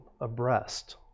abreast